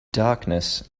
darkness